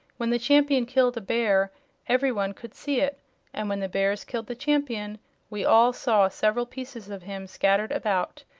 when the champion killed a bear everyone could see it and when the bears killed the champion we all saw several pieces of him scattered about,